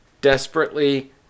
Desperately